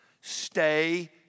Stay